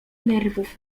nerwów